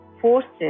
forces